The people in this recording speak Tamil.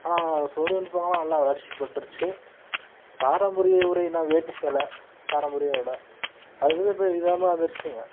ஆனால் அந்த தொழில்நுட்பங்கல்லாம் நல்லா வளர்ச்சி பெற்றுச்சு பாரம்பரிய உடைன்னால் வேட்டி சேலை பாரம்பரிய உடை அதுவும் இப்போ விதமாக வந்துடுச்சுங்க